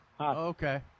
Okay